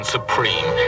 supreme